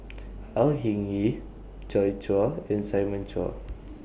Au Hing Yee Joi Chua and Simon Chua